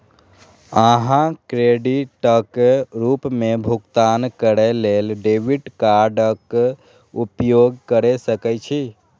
अहां क्रेडिटक रूप मे भुगतान करै लेल डेबिट कार्डक उपयोग कैर सकै छी